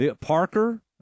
Parker